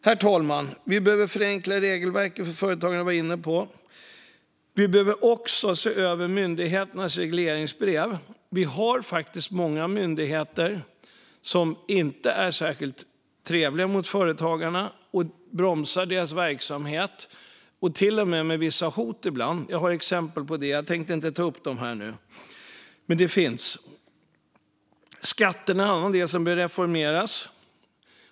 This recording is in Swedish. Herr talman! Vi behöver förenkla regelverket för företagare. Vi behöver också se över myndigheternas regleringsbrev. Många myndigheter är inte särskilt trevliga mot företagarna och bromsar deras verksamhet. Det har till och med förekommit hot. Jag har exempel, men jag tänker inte ta upp dem här. Skatterna behöver reformeras.